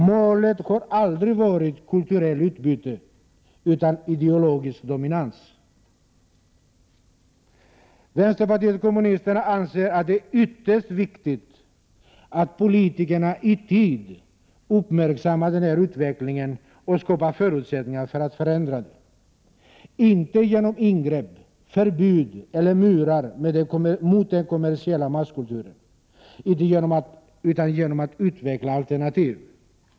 Målet har aldrig varit kulturellt utbyte utan ideologisk dominans. Vänsterpartiet kommunisterna anser att det är ytterst viktigt att politikerna i tid uppmärksammar denna utveckling och skapar förutsättningar för att förändra den, inte genom ingrepp, förbud eller murar mot den kommersiella masskulturen utan genom att utveckla alternativ.